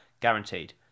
guaranteed